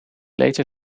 later